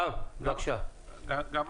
למה